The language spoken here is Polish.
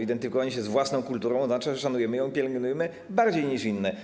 Identyfikowanie się z własną kulturą oznacza, że szanujemy ją i pielęgnujemy bardziej niż inne.